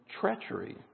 treachery